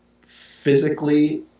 physically